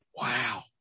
Wow